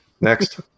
Next